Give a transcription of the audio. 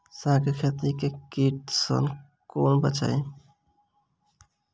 साग केँ खेत केँ कीट सऽ कोना बचाबी?